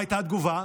מה הייתה התגובה?